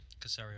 Casario